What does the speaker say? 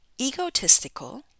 egotistical